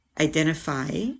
identify